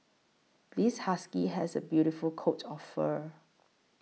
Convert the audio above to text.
this husky has a beautiful coat of fur